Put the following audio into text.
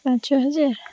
ପାଞ୍ଚ ହଜାର